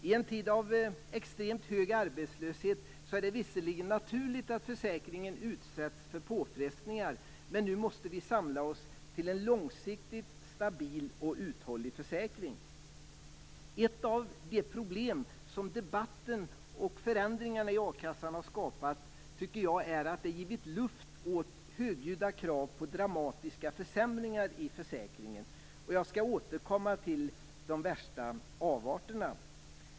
I en tid av extremt hög arbetslöshet är det visserligen naturligt att försäkringen utsätts för påfrestningar. Men nu måste vi samla oss till en långsiktigt stabil och uthållig försäkring. Ett av de problem som debatten och förändringarna i a-kassan har skapat är att det givit luft åt högljudda krav på dramatiska försämringar i försäkringen. Jag skall återkomma till de västa avarterna.